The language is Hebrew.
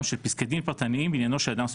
של פסקי דין פרטניים בעניינו של אדם ספציפי.